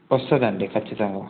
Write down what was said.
వస్తుంది అండి ఖచ్చితంగా